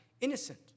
innocent